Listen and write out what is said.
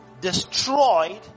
destroyed